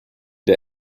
der